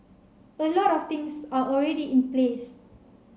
a lot of things are already in place